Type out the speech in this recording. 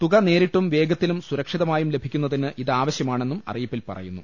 തുക നേരിട്ടും വേഗ ത്തിലും സുരക്ഷിതമായും ലഭിക്കുന്നതിന് ഇതാവശൃമാണെന്നും അറി യിപ്പിൽ പറയുന്നു